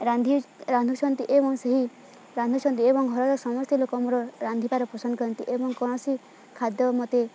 ରାନ୍ଧି ରାନ୍ଧୁଛନ୍ତି ଏବଂ ସେହି ରାନ୍ଧୁଛନ୍ତି ଏବଂ ଘରର ସମସ୍ତେ ଲୋକଙ୍କର ରାନ୍ଧିବାର ପସନ୍ଦ କରନ୍ତି ଏବଂ କୌଣସି ଖାଦ୍ୟ ମତେ